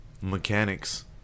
Mechanics